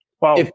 Wow